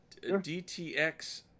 DTX